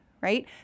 right